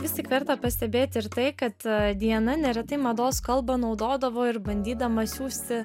vis tik verta pastebėti ir tai kad diana neretai mados kalbą naudodavo ir bandydama siųsti